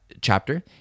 chapter